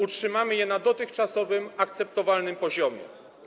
Utrzymamy je na dotychczasowym, akceptowalnym poziomie.